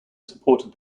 supported